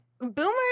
Boomers